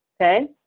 okay